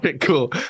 Cool